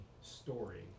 story